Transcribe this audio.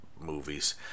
movies